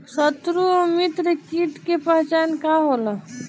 सत्रु व मित्र कीट के पहचान का होला?